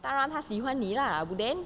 当然他喜欢你 lah abuden